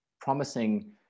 promising